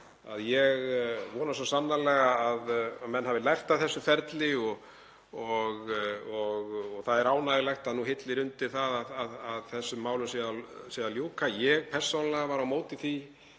að ég vona svo sannarlega að menn hafi lært af þessu ferli og það er ánægjulegt að nú hillir undir að þessum málum sé að ljúka. Ég var persónulega á móti því